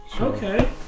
Okay